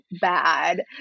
bad